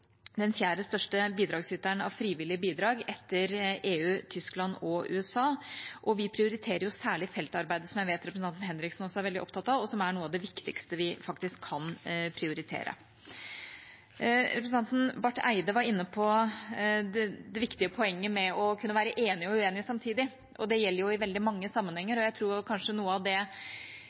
den fjerde største bidragsyteren av frivillig bidrag etter EU, Tyskland og USA. Vi prioriterer særlig feltarbeidet, som jeg vet representanten Henriksen også er veldig opptatt av, og som er noe av det viktigste vi faktisk kan prioritere. Representanten Barth Eide var inne på det viktige poenget med å kunne være enig og uenig samtidig. Det gjelder i veldig mange sammenhenger, og jeg tror kanskje noe av det viktigste eksempelet vi har i Norge, er vår stadige balansegang mot Russland – enten det